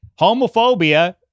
homophobia